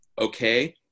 okay